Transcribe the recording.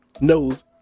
knows